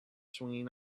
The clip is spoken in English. swinging